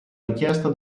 richiesta